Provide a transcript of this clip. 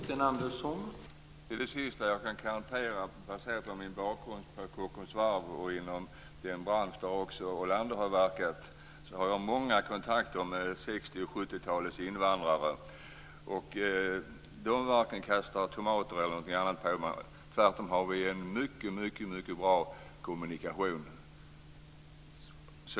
Herr talman! Jag kan garantera, med tanke på min bakgrund på Kockums varv och inom den bransch som också Olander har verkat i, att jag har många kontakter med 60 och 70-talets invandrare. De kastar varken tomater eller något annat på mig. Tvärtom har vi en mycket bra kommunikation.